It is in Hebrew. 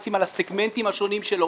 פיננסיים על הסגמנטים השונים שלו,